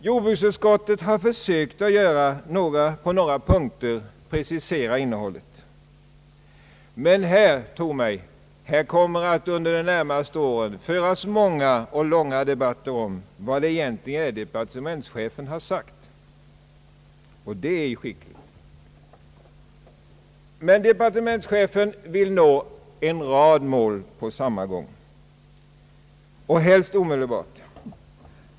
Jordbruksutskottet har på några punkter försökt precisera innehållet, men det kommer — tro mig — under de närmaste åren att föras många och långa debatter om vad departementschefen egentligen har uttalat, vilket visar hur skickligt han skrivit. Departementschefen vill emellertid nå en rad mål på samma gång och helst omedelbart.